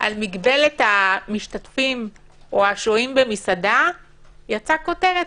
על מגבלת המשתתפים או השוהים במסעדה יצאה כותרת: